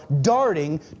darting